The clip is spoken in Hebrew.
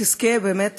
תזכה באמת